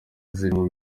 zirimo